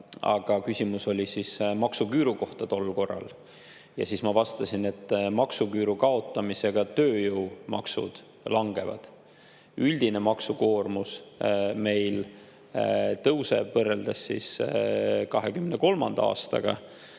aga küsimus oli tol korral maksuküüru kohta. Ja siis ma vastasin, et maksuküüru kaotamisega tööjõumaksud langevad. Üldine maksukoormus meil tõuseb võrreldes 2023. aastaga.